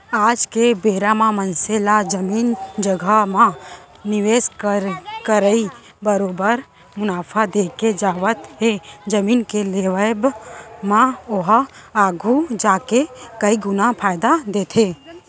आज के बेरा म मनसे ला जमीन जघा म निवेस के करई बरोबर मुनाफा देके जावत हे जमीन के लेवब म ओहा आघु जाके कई गुना फायदा देथे